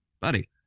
buddy